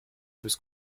bis